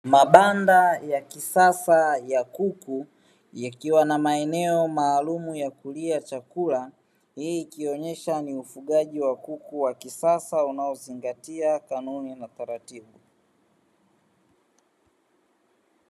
Mabanda ya kisasa ya kuku yakiwa na maeneo maalumu ya kulia chakula, hii ikionyesha ni ufugaji wa kuku wa kisasa unaozingatia kanuni na taratibu.